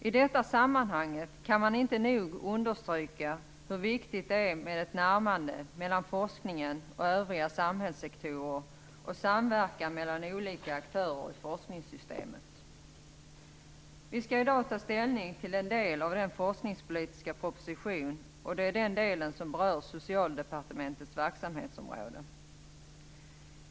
I detta sammanhang kan man inte nog understryka hur viktigt det är med ett närmande mellan forskningen och övriga samhällssektorer och med samverkan mellan olika aktörer i forskningssystemet. Vi skall i dag ta ställning till en del av den forskningspolitiska propositionen, nämligen den del som berör Socialdepartementets verksamhetsområde.